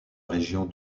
région